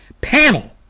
panel